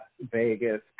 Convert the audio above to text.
Vegas